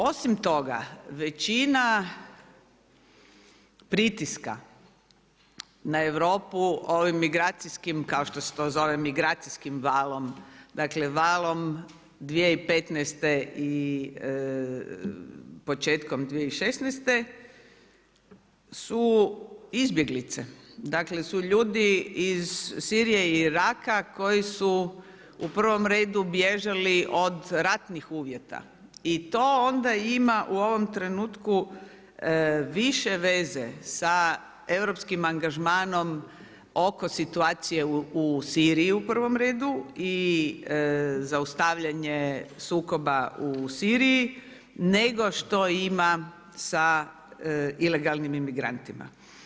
Osim toga većina pritiska na Europu ovim migracijskim, kao što se to zove migracijskim valom, dakle valom 2015. i početkom 2016. su izbjeglice, dakle su ljudi iz Sirije i Iraka koji su u prvom redu bježali od ratnih uvjeta i to onda ima u ovom trenutku više veze sa europskim angažmanom oko situacije u Siriji u prvom redu i zaustavljanje sukoba u Siriji nego što ima sa ilegalnim migrantima.